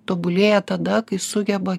tobulėja tada kai sugeba